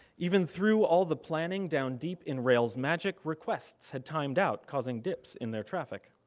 even through all the planning down deep in rails magic, requests had timed out, causing dips in their traffic.